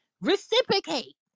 reciprocate